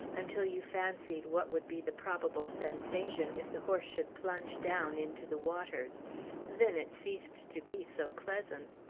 until you fancied what would be the probable sensation if the horse should plunge down into the waters then it ceased to be so pleasant.